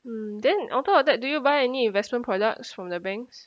mm then on top of that do you buy any investment products from the banks